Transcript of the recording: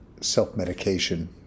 self-medication